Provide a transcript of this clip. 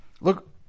Look